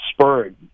spurred